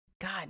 God